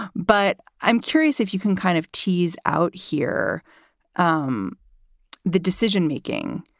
but i'm curious if you can kind of tease out here um the decision making,